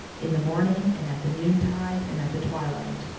in the morning and at the noontide and at the twilight.